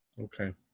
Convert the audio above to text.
Okay